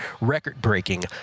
Record-breaking